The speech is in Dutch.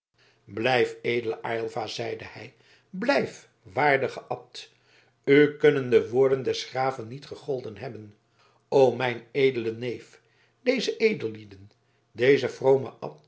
blijf edele aylva zeide hij blijf waardige abt u kunnen de woorden des graven niet gegolden hebben o mijn edele neef deze edellieden deze vrome